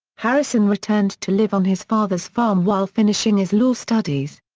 harrison returned to live on his father's farm while finishing his law studies.